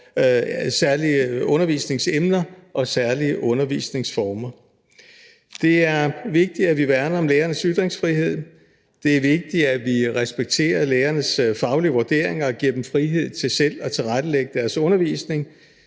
særlige undervisningsemner og særlige undervisningsformer. Det er vigtigt, at vi værner om lærernes ytringsfrihed, det er vigtigt, at vi respekterer lærernes faglige vurderinger og giver dem frihed til selv at tilrettelægge deres undervisning